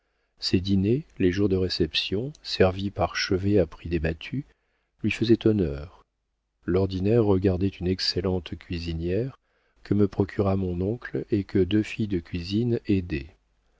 ses dîners les jours de réception servis par chevet à prix débattus lui faisaient honneur l'ordinaire regardait une excellente cuisinière que me procura mon oncle et que deux filles de cuisine aidaient